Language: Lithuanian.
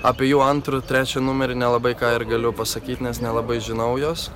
apie jau antrą trečią numerį nelabai ką ir galiu pasakyt nes nelabai žinau jos